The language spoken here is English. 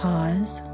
Pause